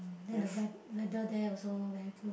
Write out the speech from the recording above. than the wea~ weather there also very good